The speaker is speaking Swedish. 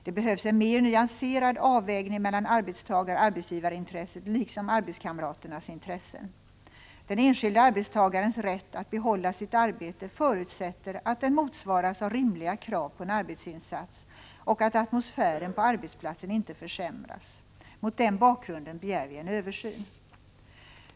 Det behövs en mer nyanserad avvägning mellan arbetstagaroch arbetsgivarintresset liksom arbetskamraternas intressen. Den enskilde arbetstagarens rätt att behålla sitt arbete förutsätter att den motsvaras av rimliga krav på en arbetsinsats och att atmosfären på arbetsplatsen inte försämras. Mot den bakgrunden begär vi en översyn.